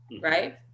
right